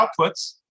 outputs